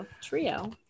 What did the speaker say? Trio